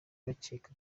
bakeka